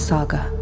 Saga